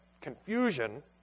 confusion